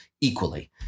equally